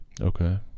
Okay